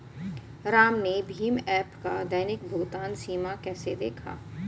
राम ने भीम ऐप का दैनिक भुगतान सीमा कैसे देखा?